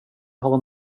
har